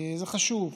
כי זה חשוב.